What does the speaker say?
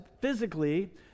physically